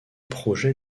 projets